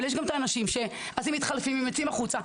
אבל יש גם הנשים שבגלל שהן מתחלפות ויוצאות החוצה,